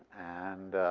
and